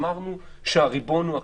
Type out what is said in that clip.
אמרנו שהריבון הוא הכנסת,